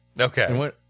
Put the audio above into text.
Okay